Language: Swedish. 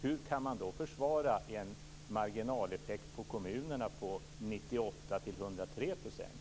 Hur kan man då försvara en marginaleffekt när det gäller kommunerna på 98-103 %?